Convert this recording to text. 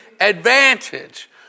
advantage